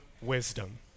wisdom